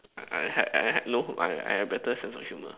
I I had I had no humour I I had better sense of humour